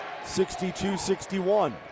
62-61